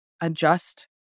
adjust